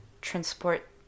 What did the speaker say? transport